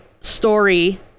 story